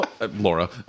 Laura